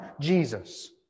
Jesus